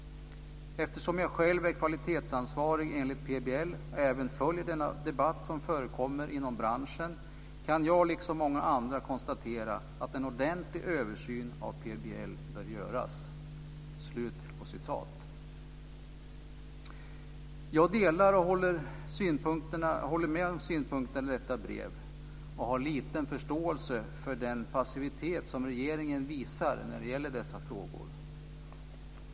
Eftersom jag själv är kvalitetsansvarig enligt PBL och även följer denna debatt som förekommer inom branschen kan jag, liksom många andra, konstatera att en ordentlig översyn av PBL bör göras. Jag håller med om synpunkterna i detta brev. Jag har liten förståelse för den passivitet som regeringen visar när det gäller dessa frågor.